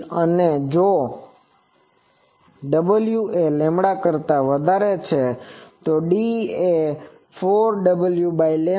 અને જો W એ કરતા વધારે છે તો D એ 4W છે